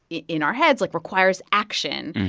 in our heads, like, requires action.